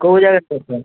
କେଉଁ ଜାଗାରେ କରୁଛ